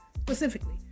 Specifically